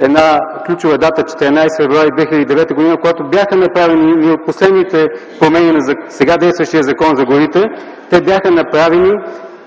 една ключова дата – 14 февруари 2009 г., когато бяха направени едни от последните промени на сега действащия Закон за горите. Те бяха направени